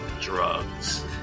drugs